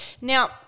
Now